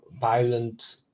violent